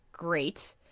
Great